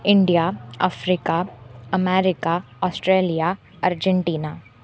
India Africa America Australia Argentina